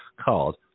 called